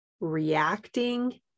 reacting